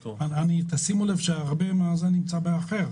שימו לב שהרבה מן המקרים נמצאים ב"אחר".